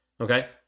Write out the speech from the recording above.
Okay